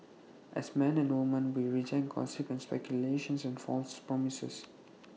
as men and women we reject gossip and speculation and false promises